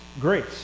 grace